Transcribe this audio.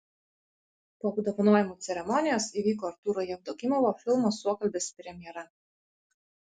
po apdovanojimų ceremonijos įvyko artūro jevdokimovo filmo suokalbis premjera